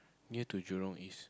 near to jurong East